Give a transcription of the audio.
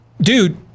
Dude